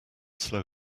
slow